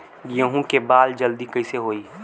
गेहूँ के बाल जल्दी कईसे होई?